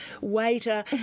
waiter